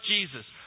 Jesus